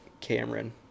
Cameron